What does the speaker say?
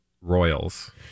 royals